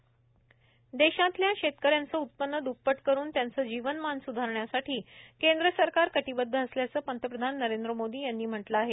पंतप्रधान शेतकरी सन्मान देशातल्या शेतकऱ्यांचं उत्पन्न दुप्पट करून त्यांचं जीवनमान स्धारण्यासाठी केंद्र सरकार कटिबद्ध असल्याचं पंतप्रधान नरेंद्र मोदी यांनी म्हटलं आहे